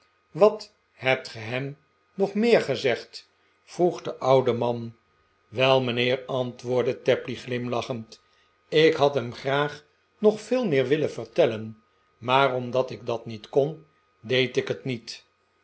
wat hebt ge hem nog meer gezegd vroeg cte oude man wel mijnheer antwoordde tapley glimlachend ik had hem graag nog veel meer willen vertellen maar omdat ik dat niet kon deed ik het niet